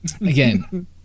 again